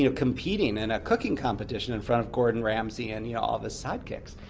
you know competing in a cooking competition in front of gordon ramsay and yeah all the sidekicks.